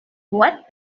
what